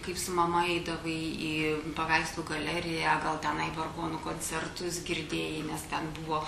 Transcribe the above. kaip su mama eidavai į paveikslų galeriją gal tenai vargonų koncertus girdėjai nes ten buvo